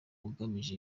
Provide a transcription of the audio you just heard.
ugamije